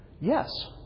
Yes